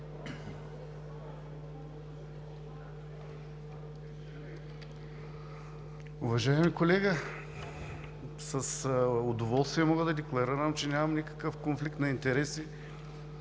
Уважаеми колега, с удоволствие мога да декларирам, че нямам никакъв конфликт на интереси.